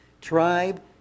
tribe